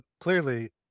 clearly